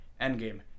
Endgame